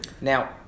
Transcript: Now